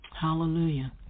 Hallelujah